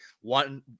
one